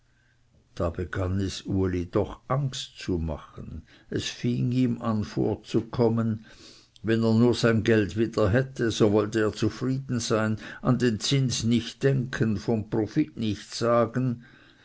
da begann es uli doch angst zu machen es fing ihm an vorzukommen wenn er nur sein geld wieder hätte so wollte er zufrieden sein an den zins nicht denken von profit nichts sagen